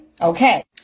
Okay